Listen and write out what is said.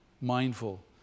mindful